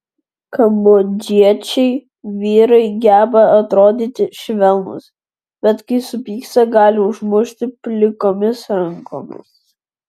kambodžiečiai vyrai geba atrodyti švelnūs bet kai supyksta gali užmušti plikomis rankomis